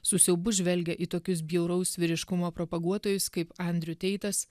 su siaubu žvelgė į tokius bjauraus vyriškumo propaguotojus kaip andriu teitas